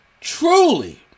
truly